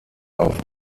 auf